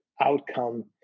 outcome